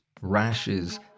rashes